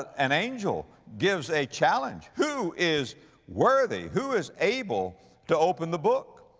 an angel gives a challenge, who is worthy? who is able to open the book?